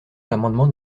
l’amendement